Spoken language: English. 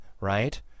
right